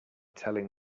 telling